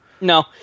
No